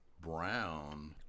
brown